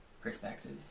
perspective